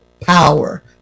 power